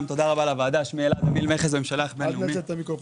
היבואנים שלא מצהירים